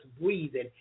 breathing